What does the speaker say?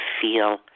feel